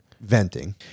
venting